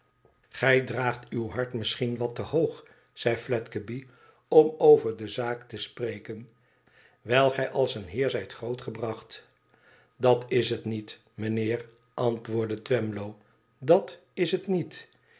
igij draagt uw hart misschien wat te hoog zei fledgeby lom over de zaak te spreken wijl gij als een heer zijt groot gebracht dat is het niet mijnheer antwoordde twemlow tdat is het niet